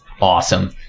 Awesome